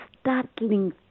startling